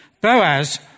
Boaz